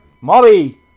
Molly